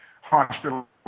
hospital